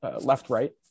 left-right